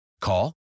Call